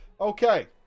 Okay